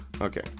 Okay